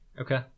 Okay